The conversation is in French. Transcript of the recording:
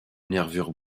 nervures